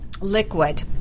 liquid